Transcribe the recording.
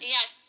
Yes